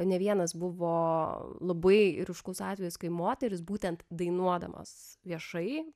ne vienas buvo labai ryškus atvejis kai moterys būtent dainuodamos viešai